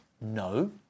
No